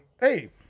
Hey